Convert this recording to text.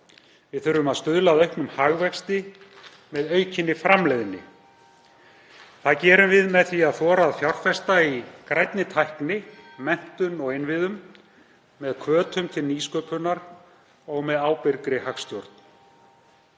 Við þurfum að stuðla að auknum hagvexti með aukinni framleiðni. Það gerum við með því að þora að fjárfesta í grænni tækni, menntun og innviðum, með hvötum til nýsköpunar og með ábyrgri hagstjórn,